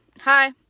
Hi